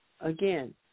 again